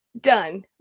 done